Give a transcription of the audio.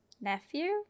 nephew